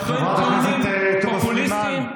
והוא טוען נתונים פופוליסטיים,